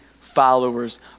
followers